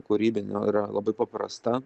kūrybinio yra labai paprasta